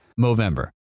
Movember